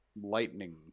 Lightning